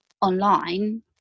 online